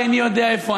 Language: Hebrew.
תהיה יותר מקורי.